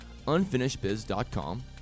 unfinishedbiz.com